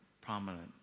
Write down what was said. prominent